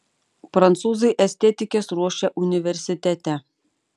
prancūzai estetikes ruošia universitete